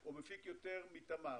או מתמר.